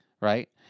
right